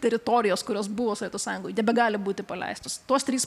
teritorijos kurios buvo sovietų sąjungoj nebegali būti paleistos tos trys